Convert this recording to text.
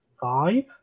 five